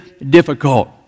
Difficult